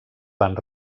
van